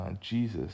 Jesus